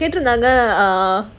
கேட்ருந்தாங்க:ketrunthaanga err